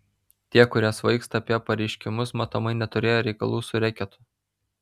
tie kurie svaigsta apie pareiškimus matomai neturėję reikalų su reketu